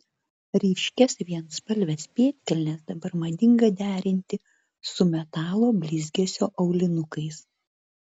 ryškias vienspalves pėdkelnes dabar madinga derinti su metalo blizgesio aulinukais